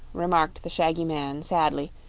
remarked the shaggy man, sadly,